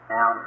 Now